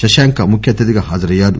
శశాంక ముఖ్య అతిధిగా పాజరయ్యారు